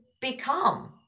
become